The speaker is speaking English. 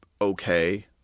okay